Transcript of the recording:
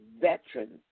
veterans